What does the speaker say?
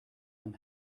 him